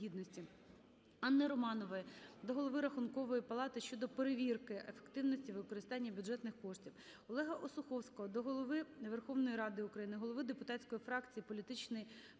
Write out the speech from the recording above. Анни Романової до Голови Рахункової палати щодо перевірки ефективності використання бюджетних коштів. Олега Осуховського до Голови Верховної Ради України, голови депутатської фракції політичної партії